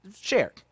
share